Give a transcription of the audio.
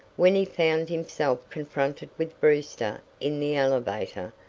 when he found himself confronted with brewster in the elevator,